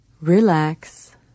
Relax